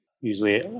usually